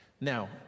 Now